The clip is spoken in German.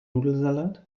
nudelsalat